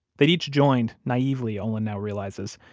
they'd each joined naively, olin now realizes,